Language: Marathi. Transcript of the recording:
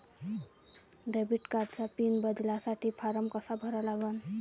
डेबिट कार्डचा पिन बदलासाठी फारम कसा भरा लागन?